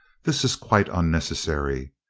this is quite unnecessary.